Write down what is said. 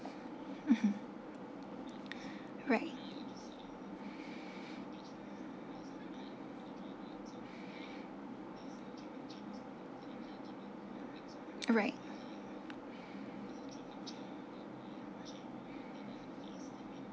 mmhmm right right